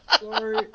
Sorry